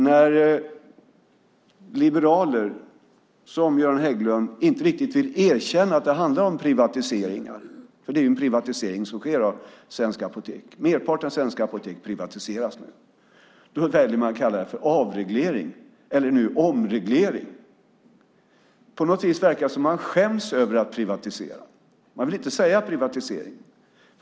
Det är ju nu en privatisering som sker av svenska apotek. Merparten svenska apotek privatiseras. När liberaler, som Göran Hägglund, inte riktigt vill erkänna att det handlar om privatisering väljer man att kalla det för avreglering eller omreglering. Det verkar som om man skäms över att privatisera. Man vill inte säga privatisering.